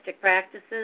practices